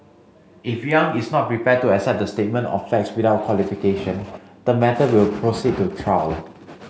if Yang is not prepared to accept the statement of facts without qualification the matter will proceed to trial